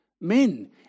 men